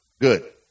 Good